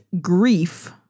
grief